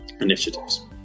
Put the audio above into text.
initiatives